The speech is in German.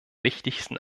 wichtigsten